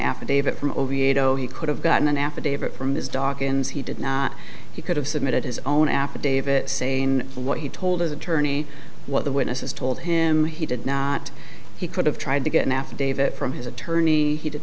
affidavit from oviedo he could have gotten an affidavit from this dawkins he did not he could have submitted his own affidavit saying what he told his attorney what the witnesses told him he did not he could have tried to get an affidavit from his attorney he did